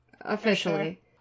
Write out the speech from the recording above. officially